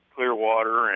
Clearwater